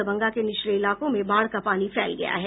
दरभंगा के निचले इलाकों में बाढ़ का पानी फैल गया है